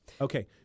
Okay